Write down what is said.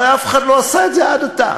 הרי אף אחד לא עשה את זה עד עתה,